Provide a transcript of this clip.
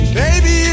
baby